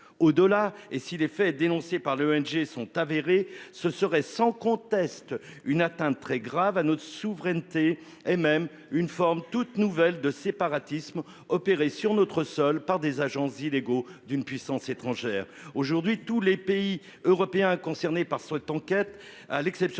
au dollar et si les faits dénoncés par l'ONG sont avérés, ce serait sans conteste une atteinte très grave à notre souveraineté et même une forme toute nouvelle de séparatisme opérer sur notre sol par des agents illégaux d'une puissance étrangère aujourd'hui tous les pays européens concernés par cette enquête, à l'exception